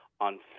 on